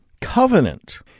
Covenant